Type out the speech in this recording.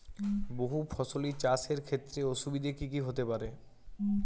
বহু ফসলী চাষ এর ক্ষেত্রে অসুবিধে কী কী হতে পারে?